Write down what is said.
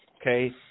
Okay